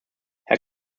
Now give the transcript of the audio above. herr